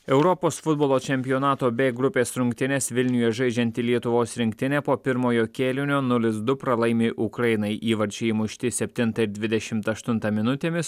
europos futbolo čempionato b grupės rungtynes vilniuje žaidžianti lietuvos rinktinė po pirmojo kėlinio nulis du pralaimi ukrainai įvarčiai įmušti septintą ir dvidešimt aštuntą minutėmis